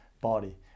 body